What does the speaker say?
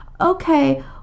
okay